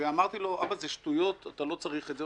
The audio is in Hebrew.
אמרתי לו: אבא, זה שטויות, אתה לא צריך את זה.